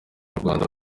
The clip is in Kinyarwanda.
rwanda